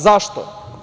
Zašto?